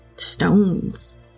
stones